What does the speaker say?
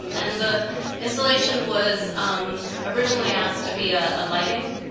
um and the installation was um originally asked to be ah ah lighting,